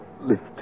lift